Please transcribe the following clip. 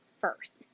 first